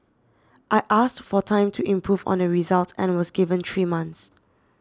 I asked for time to improve on the results and was given three months